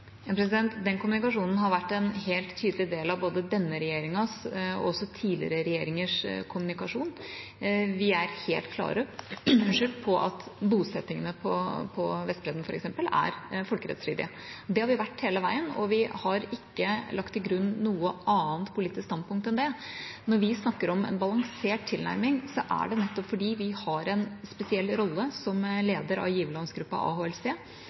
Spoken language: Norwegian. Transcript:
Den kommunikasjonen har vært en helt tydelig del av både denne regjeringas og tidligere regjeringers kommunikasjon – vi er helt klare på at bosettingene på f.eks. Vestbredden er folkerettsstridige. Det har vi vært hele veien, og vi har ikke lagt til grunn noe annet politisk standpunkt enn det. Når vi snakker om en balansert tilnærming, er det nettopp fordi vi har en spesiell rolle som leder av giverlandsgruppa, AHLC.